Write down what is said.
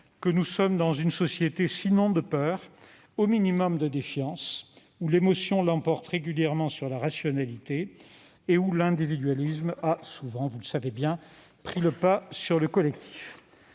que nous sommes dans une société, sinon de peur, au moins de défiance, où l'émotion l'emporte régulièrement sur la rationalité et où l'individualisme a souvent, vous le savez bien, pris le pas sur le collectif.